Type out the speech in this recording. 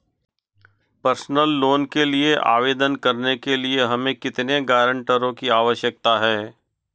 Personal loan के लिए आवेदन करने के लिए हमें कितने गारंटरों की आवश्यकता है?